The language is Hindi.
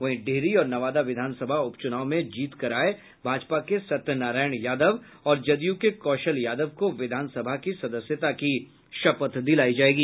वहीं डिहरी और नवादा विधानसभा उप चुनाव में जीत कर आये भाजपा के सत्य नारायण यादव और जदयू के कौशल यादव को विधानसभा की सदस्यता की शपथ दिलायी जायेगी